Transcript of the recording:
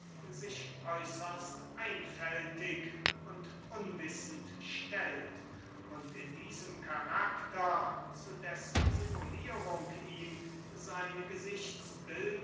sich äußerst einfältig und unwissend stellt und in diesem karakter zu dessen simulierung ihm